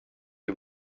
you